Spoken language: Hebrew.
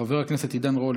חבר הכנסת עידן רול,